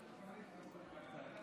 תודה רבה.